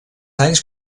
anys